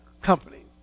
company